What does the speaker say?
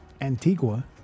Antigua